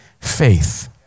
faith